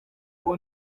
ubu